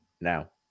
now